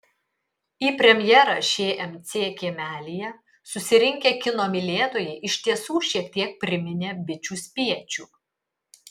į premjerą šmc kiemelyje susirinkę kino mylėtojai iš tiesų šiek tiek priminė bičių spiečių